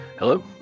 Hello